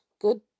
Good